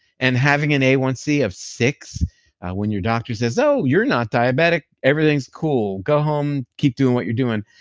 and having an a one c of six when your doctor says, oh, you're not diabetic everything's cool. go home. keep doing what you're doing.